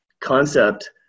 concept